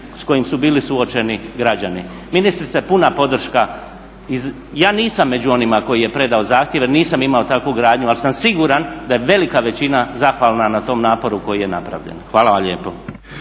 s kojim su bili suočeni građani. Ministrice puna podrška. Ja nisam među onima koji je predao zahtjev jer nisam imao takvu gradnju ali sam siguran da je velika većina zahvalna na tom naporu koje je napravljen. Hvala vam lijepo.